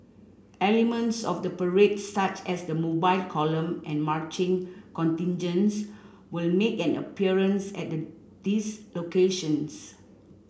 elements of the parade such as the Mobile Column and marching contingents will make an appearance at these locations